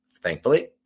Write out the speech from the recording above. thankfully